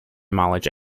mileage